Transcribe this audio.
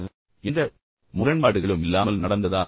அது எந்த முரண்பாடுகளும் இல்லாமல் நடந்து கொண்டிருந்ததா